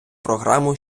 програму